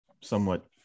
somewhat